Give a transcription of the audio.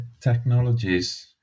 technologies